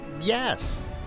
yes